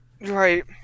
Right